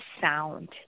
sound